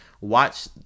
Watch